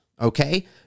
okay